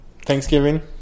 Thanksgiving